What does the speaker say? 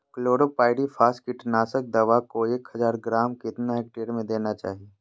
Chlorpyrifos कीटनाशक दवा को एक हज़ार ग्राम कितना हेक्टेयर में देना चाहिए?